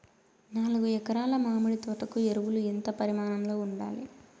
నాలుగు ఎకరా ల మామిడి తోట కు ఎరువులు ఎంత పరిమాణం లో ఉండాలి?